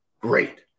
Great